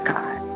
God